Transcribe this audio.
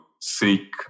seek